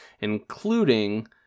including